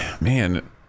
man